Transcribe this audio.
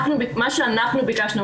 מה שאנחנו ביקשנו,